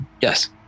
Yes